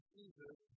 Jesus